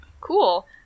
Cool